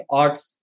arts